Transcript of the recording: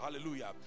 Hallelujah